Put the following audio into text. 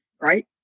right